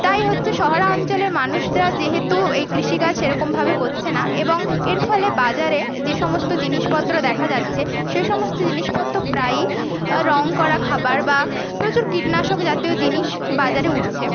তাই হচ্ছে শহর অঞ্চলের মানুষরা যেহেতু এই কৃষিকাজ সেরকমভাবে করছে না এবং এর ফলে বাজারে যে সমস্ত জিনিসপত্র দেখা যাচ্ছে সে সমস্ত জিনিসপত্র প্রায়ই রং করা খাবার বা প্রচুর কীটনাশক জাতীয় জিনিস বাজারে উঠছে